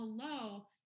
hello